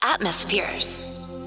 Atmospheres